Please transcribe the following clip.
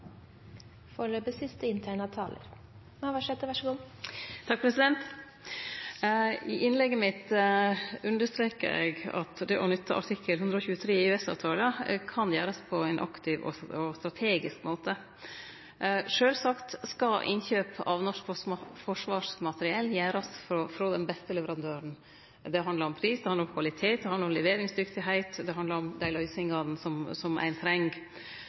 I innlegget mitt understreka eg at det å nytte artikkel 123 i EØS-avtalen kan gjerast på ein aktiv og strategisk måte. Sjølvsagt skal innkjøp av norsk forsvarsmateriell gjerast frå den beste leverandøren. Det handlar om pris, det handlar om kvalitet, det handlar om leveringsdyktigheit, det handlar om dei løysingane som ein treng.